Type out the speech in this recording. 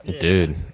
dude